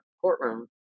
courtroom